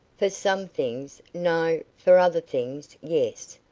for some things no, for other things yes.